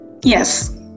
Yes